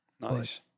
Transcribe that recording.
Nice